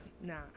nah